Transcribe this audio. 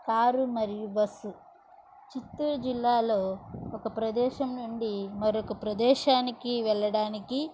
car మరియు bus చిత్తూరుజిల్లాలో ఒక ప్రదేశం నుండి మరొక ప్రదేశానికి వెళ్ళడానికి